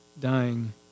dying